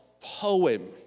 poem